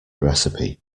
recipe